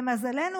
למזלנו